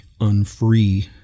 unfree